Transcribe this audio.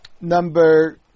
number